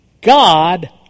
God